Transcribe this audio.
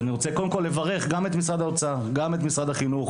אני רוצה לברך את משרד האוצר ואת משרד החינוך